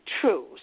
True